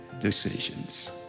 decisions